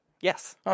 Yes